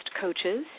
coaches